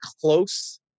close